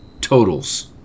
totals